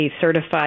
certified